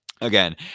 again